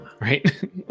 Right